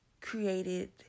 created